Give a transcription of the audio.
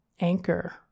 anchor